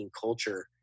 culture